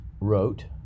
wrote